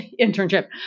Internship